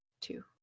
Two